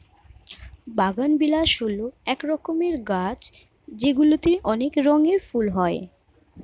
বাগানবিলাস হল এক রকমের গাছ যেগুলিতে অনেক রঙের ফুল হয়